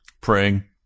praying